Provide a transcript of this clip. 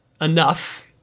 enough